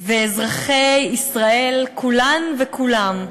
אזרחי ישראל, כולן וכולם,